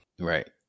Right